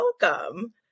Welcome